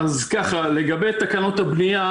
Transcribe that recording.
לגבי תיקון תקנות הבנייה